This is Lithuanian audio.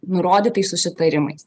nurodytais susitarimais